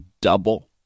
double